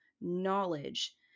knowledge